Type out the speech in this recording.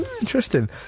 Interesting